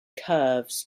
curves